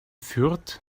fürth